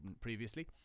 previously